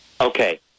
Okay